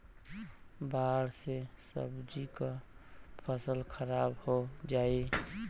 बाढ़ से सब्जी क फसल खराब हो जाई